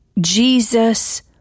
Jesus